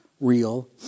real